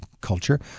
culture